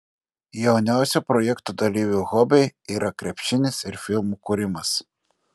jauniausio projekto dalyvio hobiai yra krepšinis ir filmų kūrimas